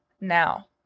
now